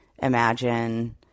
Imagine